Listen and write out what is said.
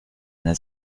eine